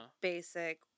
basic